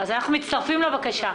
אז אנחנו מצטרפים לבקשה.